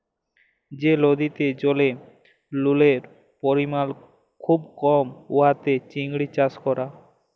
যে লদির জলে লুলের পরিমাল খুব কম উয়াতে চিংড়ি চাষ ক্যরা